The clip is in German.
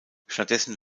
stattdessen